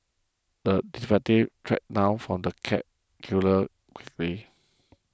the detective tracked down the cat killer quickly